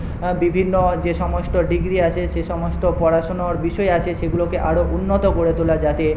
বিভিন্ন যে সমস্ত ডিগ্রি আছে সে সমস্ত পড়াশুনোর বিষয় আছে সেগুলোকে আরো উন্নত করে তোলা যাতে